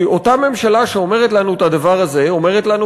כי אותה ממשלה שאומרת לנו את הדבר הזה אומרת לנו